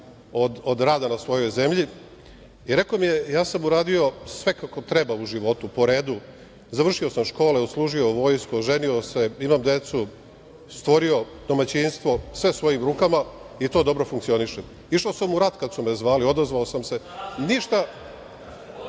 od rada na svojoj zemlji. Rekao mi je – ja sam uradio sve kako treba u životu, po redu. Završio sam škole, odslužio vojsku, oženio se, imam decu, stvorio domaćinstvo, sve svojim rukama i to dobro funkcioniše. Išao sam u rat kad su me zvali, odazvao sam se. Jel